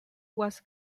was